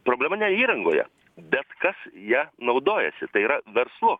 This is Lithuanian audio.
problema ne įrangoje bet kas ja naudojasi tai yra verslu